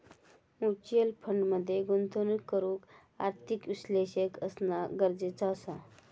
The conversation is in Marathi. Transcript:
म्युच्युअल फंड मध्ये गुंतवणूक करूक आर्थिक विश्लेषक असना गरजेचा असा